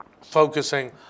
focusing